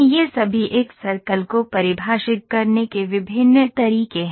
ये सभी एक सर्कल को परिभाषित करने के विभिन्न तरीके हैं